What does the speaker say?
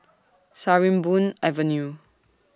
Sarimbun Avenue